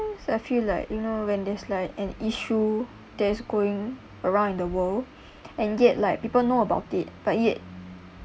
I feel like you know when there's like an issue that's going around in the world and yet like people know about it but yet